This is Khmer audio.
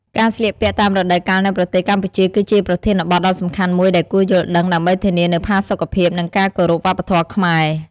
ការស្លៀកពាក់តាមរដូវកាលនៅប្រទេសកម្ពុជាគឺជាប្រធានបទដ៏សំខាន់មួយដែលគួរយល់ដឹង ដើម្បីធានានូវផាសុខភាព និងការគោរពវប្បធម៌ខ្មែរ។